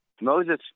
Moses